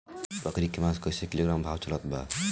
बकरी के मांस कईसे किलोग्राम भाव चलत बा?